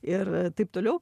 ir taip toliau